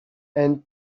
and